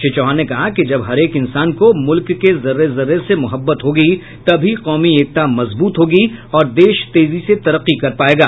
श्री चौहान ने कहा कि जब हरेक इंसान को मुल्क के जर्रे जर्रे से मोहब्बत होगी तभी कौमी एकता मजबूत होगी और देश तेजी से तरक्की कर पायेगा